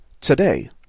today